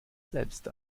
selbst